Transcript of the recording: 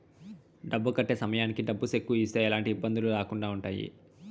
డబ్బు కట్టే సమయానికి డబ్బు సెక్కు ఇస్తే ఎలాంటి ఇబ్బందులు రాకుండా ఉంటాయి